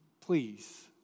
Please